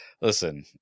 Listen